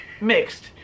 mixed